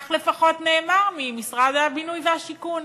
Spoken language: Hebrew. כך לפחות נאמר ממשרד הבינוי והשיכון.